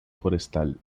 forestal